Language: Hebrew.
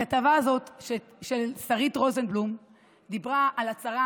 הכתבה הזאת של שרית רוזנבלום דיברה על הצהרה